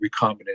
recombinant